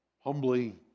humbly